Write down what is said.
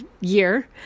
year